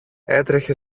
έτρεχε